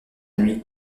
lui